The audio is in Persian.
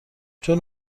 چون